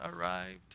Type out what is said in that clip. arrived